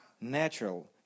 natural